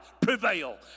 prevail